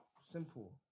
Simple